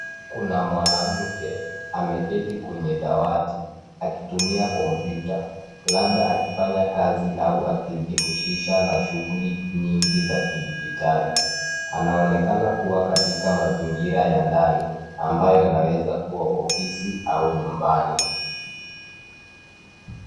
Kuna mwanamke ameketi kwenye dawati akitumia kompyuta, labda akifanya kazi au akijihusisha na shughuli nyingi za kidijitali. Anaonekana kuwa katika mazingira ya ndanii, ambayo inaweza kuwa ofisi au nyumbani